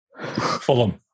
Fulham